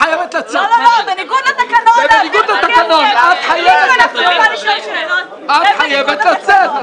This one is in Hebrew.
חדשים עבור איגוד ערים כנרת לפעולות שמטרתן